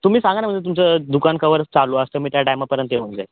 तुम्ही सांगा ना म्हणजे तुमचं दुकान कवर चालू असतं मी त्या टायमापर्यंत येऊन जाईन